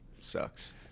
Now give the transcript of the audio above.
sucks